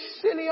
silly